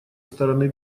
стороны